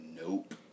Nope